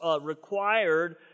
required